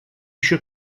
shook